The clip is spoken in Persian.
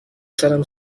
سرم